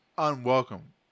Unwelcome